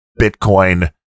Bitcoin